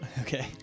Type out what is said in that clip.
Okay